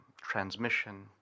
transmission